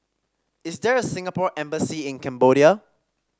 is there a Singapore Embassy in Cambodia